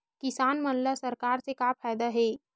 किसान मन ला सरकार से का फ़ायदा हे?